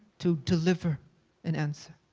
to deliver an answer.